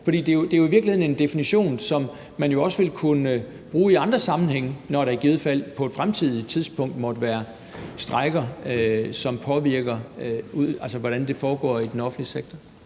For det er i virkeligheden en definition, som man jo også vil kunne bruge i andre sammenhænge, når der i givet fald på et fremtidigt tidspunkt måtte være strejker, som påvirker, hvordan det foregår i den offentlige sektor.